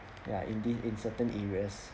ya in this in certain areas